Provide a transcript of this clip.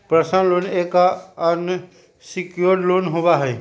personal loan एक unsecured loan होबा हई